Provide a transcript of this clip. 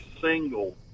single